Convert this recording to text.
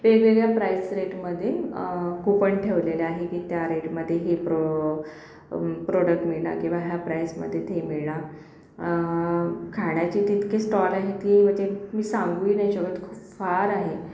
वेगवेगळ्या प्राईस रेटमध्ये कुपन ठेवलेले आहे की त्या रेटमध्ये हे प्रो प्रोडक्ट मिळणार किंवा ह्या प्राईसमध्ये ते मिळणार खाण्याचे तितके स्टॉल आहेत की म्हणजे मी सांगूही नाही शकत फार आहे